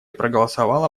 проголосовала